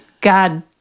God